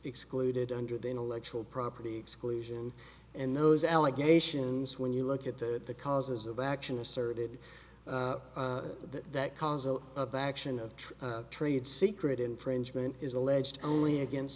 excluded under the intellectual property exclusion and those allegations when you look at the causes of action asserted that cause of action of true trade secret infringement is alleged only against